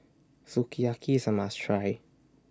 Sukiyaki IS A must Try